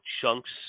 chunks